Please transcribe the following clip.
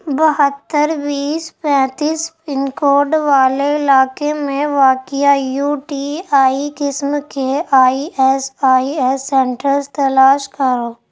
بہتر بیس پینتس پن کوڈ والے علاقے میں واقعہ یو ٹی آئی قسم کے I S I S centres تلاش کرو